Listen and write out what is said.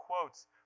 quotes